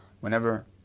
whenever